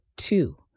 Two